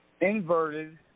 Inverted